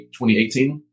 2018